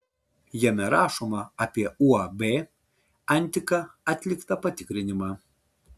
jame rašoma apie uab antika atliktą patikrinimą